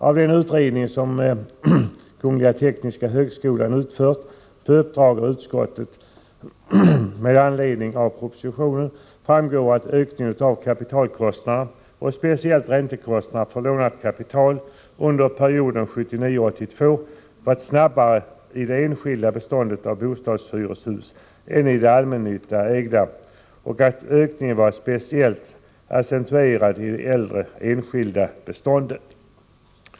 Av den utredning som Tekniska högskolan utfört på uppdrag av utskottet med anledning av propositionen framgår att ökningen av kapitalkostnaderna och speciellt räntekostnaderna för lånat kapital under perioden 1979-1982 varit snabbare i det enskilda beståndet av bostadshyreshus än i det allmännyttigt ägda och att ökningen varit speciellt accentuerad i det äldre enskilda beståndet.